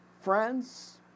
Friends